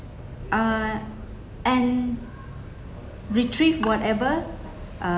err and retrieve whatever uh